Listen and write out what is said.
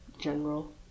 general